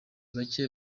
bake